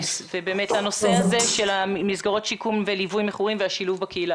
ולגבי הנושא של מסגרות שיקום וליווי מכורים והשילוב בקהילה.